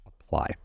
apply